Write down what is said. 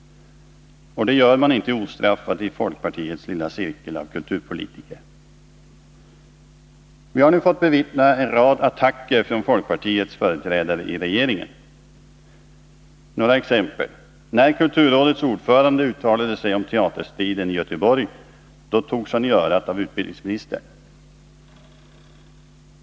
Och det gör man inte ostraffat i folkpartiets lilla cirkel av kulturpolitiker. Vi har nu fått bevittna en rad attacker från folkpartiets företrädare i regeringen. Några exempel: När kulturrådets ordförande uttalade sig om teaterstriden i Göteborg — då togs han i örat av utbildningsministern.